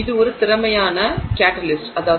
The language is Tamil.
இது ஒரு திறமையான கேட்டலிஸ்ட்டாகும்